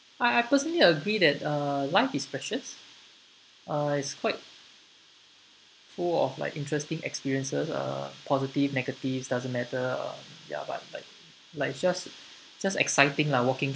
I I personally agree that uh life is precious uh is quite full of like interesting experiences uh positive negatives doesn't matter uh ya but like like just just exciting like working